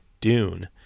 Dune